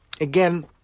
Again